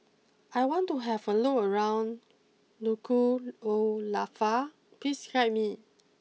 I want to have a look around Nuku'alofa please guide me